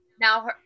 now